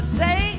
say